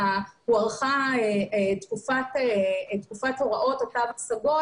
זה שהוארכה תקופת הוראות התו הסגול